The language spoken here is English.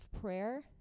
prayer